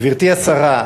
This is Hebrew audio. גברתי השרה,